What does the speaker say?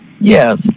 Yes